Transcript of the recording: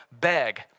beg